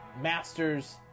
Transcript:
Masters